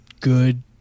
good